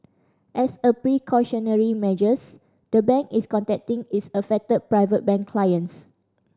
as a precautionary measures the bank is contacting its affected Private Bank clients